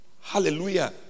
Hallelujah